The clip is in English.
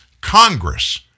Congress